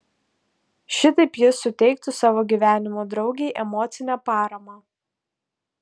šitaip jis suteiktų savo gyvenimo draugei emocinę paramą